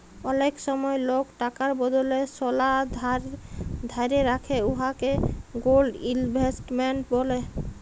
অলেক সময় লক টাকার বদলে সলা ধ্যইরে রাখে উয়াকে গোল্ড ইলভেস্টমেল্ট ব্যলে